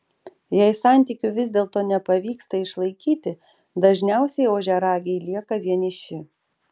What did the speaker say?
jei santykių vis dėlto nepavyksta išlaikyti dažniausiai ožiaragiai lieka vieniši